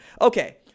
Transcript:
Okay